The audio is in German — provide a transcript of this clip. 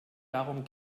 darum